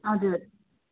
हजुर